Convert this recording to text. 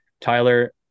Tyler